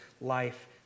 life